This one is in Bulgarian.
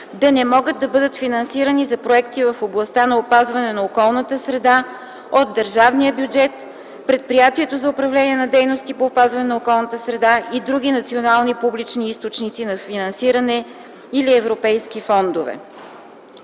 да не могат да бъдат финансирани за проекти в областта на опазване на околната среда от държавния бюджет, Предприятието за управление на дейностите по опазване на околната среда и други национални публични източници на финансиране или европейски фондове.